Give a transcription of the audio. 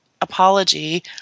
apology